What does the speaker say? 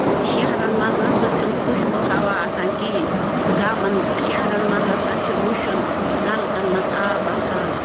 شہرَن منٛز نہ سا چھُنہٕ خُشبوٗ ہوا آسان کِہیٖنۍ گامَن شَہرَن منٛز ہَسا چھُ وُشُن نَلکَن مَنٛز آب آسان